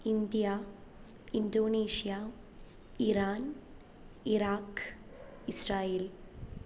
India Indonesia Iran Iraq Israel